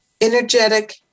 energetic